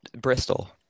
Bristol